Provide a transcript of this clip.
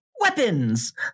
Weapons